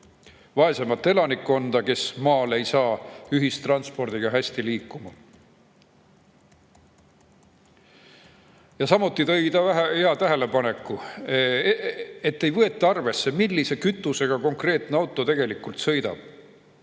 vaesemat elanikkonda, kes ei saa maal ühistranspordiga hästi liikuda. Samuti tegi ta hea tähelepaneku, et ei võeta arvesse, millise kütusega konkreetne auto sõidab.